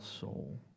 soul